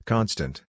Constant